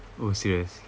oh serious